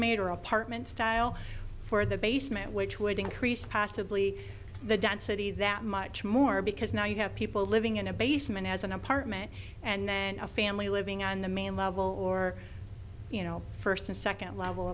made her apartment style for the basement which would increase possibly the density that much more because now you have people living in a basement as an apartment and then a family living on the main level or you know first and second level